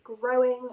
growing